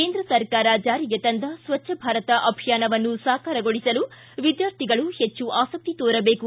ಕೇಂದ್ರ ಸರ್ಕಾರ ಜಾರಿಗೆ ತಂದ ಸ್ವಚ್ಚ ಭಾರತ್ ಅಭಿಯಾನವನ್ನು ಸಾಕಾರಗೊಳಿಸಲು ವಿದ್ಯಾರ್ಥಿಗಳು ಹೆಚ್ಚು ಆಸಕ್ತಿ ತೋರಬೇಕು